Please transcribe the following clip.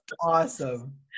awesome